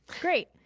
Great